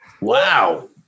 Wow